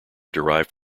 derived